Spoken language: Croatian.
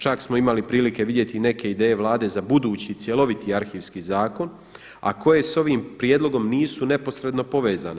Čak smo imali prilike vidjeti i neke ideje Vlade za budući cjeloviti arhivski zakon a koje s ovim prijedlogom nisu neposredno povezane.